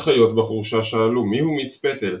החיות בחורשה שאלו 'מי הוא מיץ פטל?'